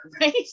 Right